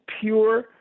pure